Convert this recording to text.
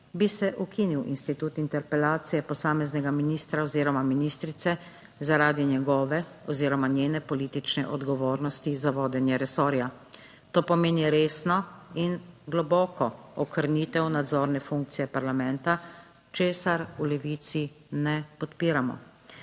bi se ukinil institut interpelacije posameznega ministra oziroma ministrice zaradi njegove oziroma njene politične odgovornosti za vodenje resorja. To pomeni resno in globoko okrnitev nadzorne funkcije parlamenta, česar v Levici ne podpiramo.